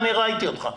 ראיתי אותך.